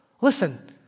Listen